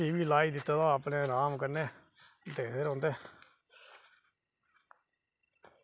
TV लाई दित्ते दा अपने आराम कन्नै दिखदे रौहंदे